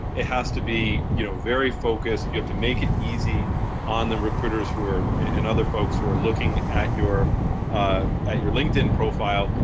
it has to be you know very focused, you have to make it easy on the recruiters who are and other folks who are looking at your ah at your linkedin profile,